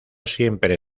siempre